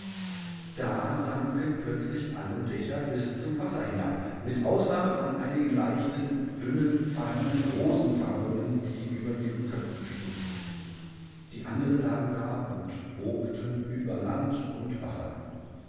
da sanken plötzlich alle dächer bis zum wasser hinab mit ausnahme von einigen leichten dünnen fein rosenfarbenen die über ihren köpfen schwebten die anderen lagen da und wogten über land und wasser